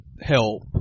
help